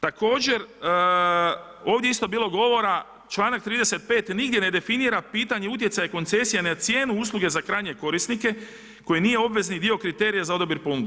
Također ovdje je isto bilo govora članak 35. nigdje ne definira pitanje utjecaj koncesije na cijenu usluge za krajnje korisnike koji nije obvezni dio kriterija za odabir ponuda.